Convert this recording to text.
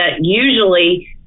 usually